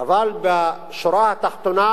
אבל בשורה התחתונה,